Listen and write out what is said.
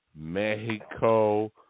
Mexico